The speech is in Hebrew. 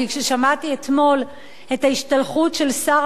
כי כששמעתי אתמול את ההשתלחות של שר